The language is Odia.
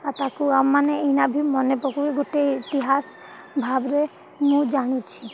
ଆଉ ତାକୁ ଆଉ ମାନେ ଏଇନା ବି ମନେ ପକାଇ ଗୋଟେ ଇତିହାସ ଭାବରେ ମୁଁ ଜାଣୁଛି